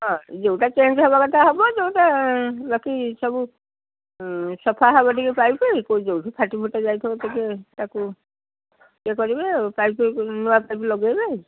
ହଁ ଯଉଟା ଚେଞ୍ଜ ହେବା କଥା ହେବ ଯଉଟା ବାକି ସବୁ ସଫା ହେବ ଟିକେ ପାଇପ୍ ଯଉଠି ଫାଟିଫୁଟା ଯାଇଥିବ ଟିକେ ତାକୁ ଇୟେ କରିବେ ଆଉ ପାଇପ୍ ନୂଆ ପାଇପ୍ ଲଗେଇବେ